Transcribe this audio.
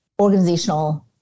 organizational